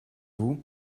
vous